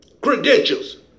credentials